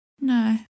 No